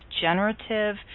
generative